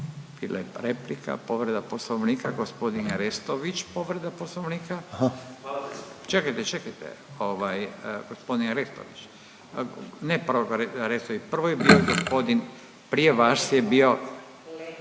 Bila je to replika. Povreda Poslovnika gospodin Restović povreda Poslovnika. Čekajte, čekajte gospodin Restović. Ne Restović, prvo je bio gospodin, prije vas je bio g.